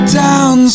down